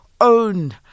own